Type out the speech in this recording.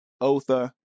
Otha